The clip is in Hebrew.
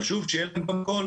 חשוב שיהיה להם מקום.